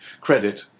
Credit